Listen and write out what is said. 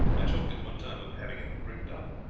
i talked at one time of having it bricked up,